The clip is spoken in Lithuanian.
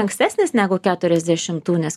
ankstesnis negu keturiasdešimtų nes